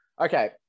Okay